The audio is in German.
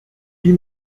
die